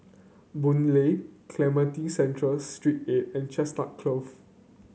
Boon Lay Cemetry Central Street eight and Chestnut Close